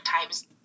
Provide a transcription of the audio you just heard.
times